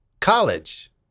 College